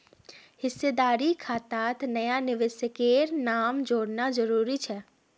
हिस्सेदारी खातात नया निवेशकेर नाम जोड़ना जरूरी छेक